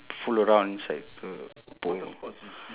fool around inside the pool